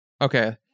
Okay